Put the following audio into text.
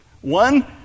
One